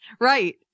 Right